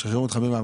משחררים אותו ממה,